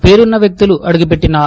పేరున్న వ్యక్తులు అడుగుపెట్టినా